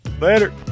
later